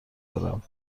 دارم